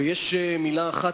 ויש מלה אחת,